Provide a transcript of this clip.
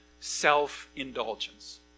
self-indulgence